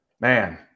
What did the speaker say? man